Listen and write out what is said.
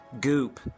goop